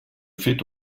fait